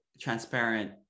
transparent